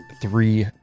three